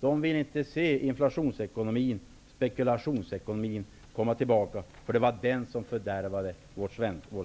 De vill inte se inflationsekonomin, spekulationsekonomin, komma tillbaka, för det är den som har fördärvat